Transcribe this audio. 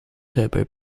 turbo